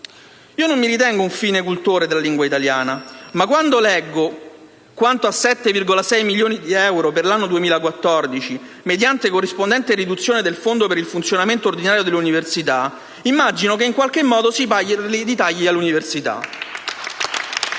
Non mi ritengo un fine cultore della lingua italiana, ma quando leggo, alla lettera *f)* dell'articolo 12: «quanto a 7,6 milioni di euro per l'anno 2014, mediante corrispondente riduzione del fondo per il funzionamento ordinario delle Università», immagino che in qualche modo si parli di tagli all'università!